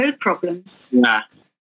problems